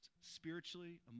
Spiritually